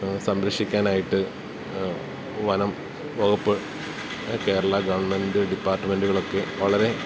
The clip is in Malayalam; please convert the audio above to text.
സംരക്ഷിക്കാനായിട്ട് വനം വകുപ്പ് കേരള ഗെവൺമെൻറ്റ് ഡിപ്പാർട്ട്മെൻറ്റലുകളൊക്കെ വളരെ